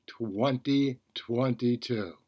2022